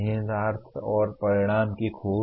निहितार्थ और परिणाम की खोज